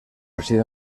reside